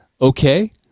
okay